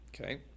Okay